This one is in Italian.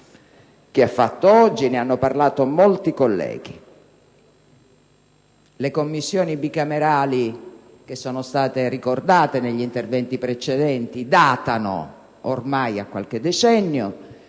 che ha fatto oggi, e ne hanno parlato molti colleghi. Le Commissioni bicamerali, che sono state ricordate negli interventi precedenti, datano ormai a qualche decennio.